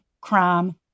crime